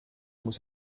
muss